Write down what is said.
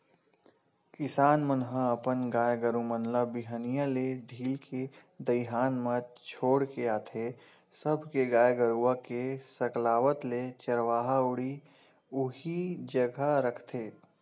किसान मन ह अपन गाय गरु मन ल बिहनिया ले ढील के दईहान म छोड़ के आथे सबे के गाय गरुवा के सकलावत ले चरवाहा उही जघा रखथे